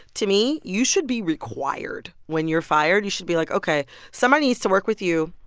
to me, you should be required when you're fired you should be like, ok someone needs to work with you.